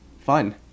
Fun